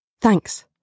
Thanks